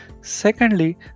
Secondly